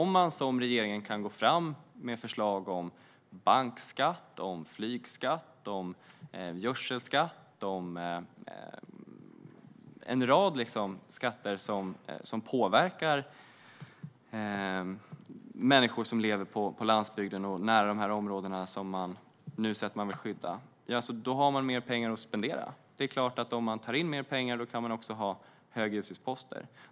En regering som går fram med förslag om bankskatt, flygskatt, gödselskatt - en rad skatter som påverkar människor som lever på landsbygden och nära de områden som regeringen säger att den vill skydda - har också mer pengar att spendera. Om man tar in mer pengar kan man också ha högre utgiftsposter.